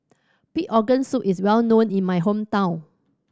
pig organ soup is well known in my hometown